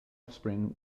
offspring